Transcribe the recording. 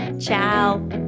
Ciao